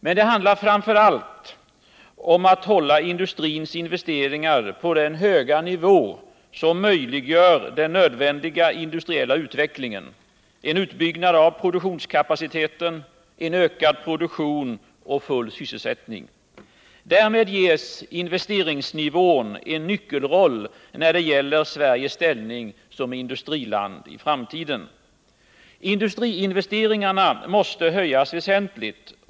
Men det handlar framför allt om att hålla industrins investeringar på den höga nivå som möjliggör den nödvändiga industriella utvecklingen, en utbyggnad av produktionskapaciteten, en ökad produktion och en full sysselsättning. Därmed ges investeringsnivån en nyckelroll när det gäller Sveriges ställning som industriland i framtiden. Industriinvesteringarna måste höjas väsentligt.